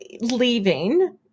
leaving